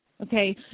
Okay